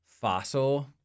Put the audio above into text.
fossil